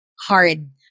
hard